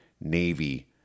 Navy